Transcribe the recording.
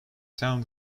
town